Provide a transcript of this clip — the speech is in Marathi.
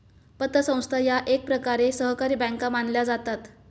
पतसंस्था या एकप्रकारे सहकारी बँका मानल्या जातात